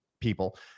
people